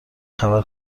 خبر